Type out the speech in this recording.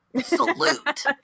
salute